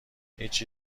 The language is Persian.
هیچی